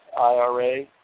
IRA